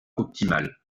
optimale